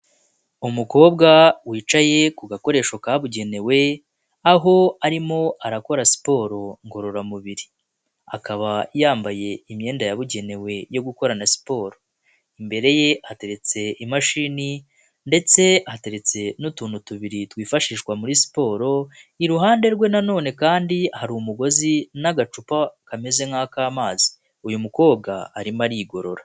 Umukobwa wicaye ku gakoresho kabugenewe, aho arimo arakora siporo ngororamubiri. Akaba yambaye imyenda yabugenewe yo gukorana siporo, imbere ye hateretse imashini ndetse hateretse n'utuntu tubiri twifashishwa muri siporo. Iruhande rwe na nonene kandi hari umugozi n'agacupa kameze nk'akamazi, uyu mukobwa arimo arigorora.